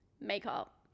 makeup